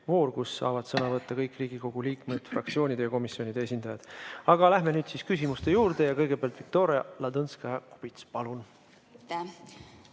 kus saavad sõna võtta kõik Riigikogu liikmed, fraktsioonide ja komisjonide esindajad. Aga läheme nüüd küsimuste juurde. Kõigepealt Viktoria Ladõnskaja-Kubits, palun!